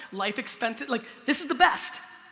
life expenses, like this is the best.